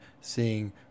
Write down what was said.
seeing